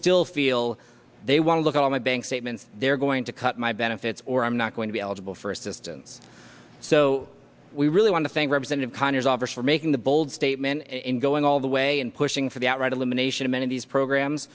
still feel they want to call my bank statements they're going to cut my benefits or i'm not going to be eligible for assistance so we really want to thank representative conyers office for making the bold statement in going all the way and pushing for the outright elimination amenities programs